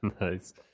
Nice